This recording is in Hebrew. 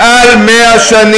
מה זה משנה מתי זה התחיל?